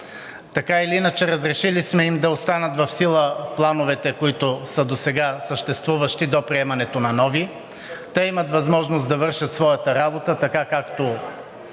така или иначе разрешили сме им да останат в сила плановете, които са досега съществуващи, до приемането на нови. Те имат възможност да вършат своята работа така, както